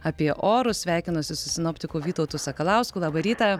apie orus sveikinuosi su sinoptikų vytautu sakalausku labą rytą